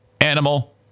animal